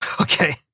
Okay